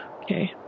okay